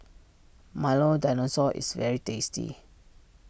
Milo Dinosaur is very tasty